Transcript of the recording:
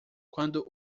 quando